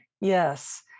Yes